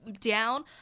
down